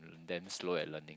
damn slow at learning